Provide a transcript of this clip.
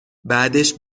بعدش